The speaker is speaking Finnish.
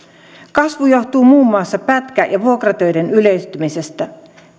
kasvu johtuu muun muassa pätkä ja vuokratöiden yleistymisestä